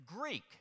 Greek